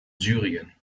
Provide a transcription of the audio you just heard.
syrien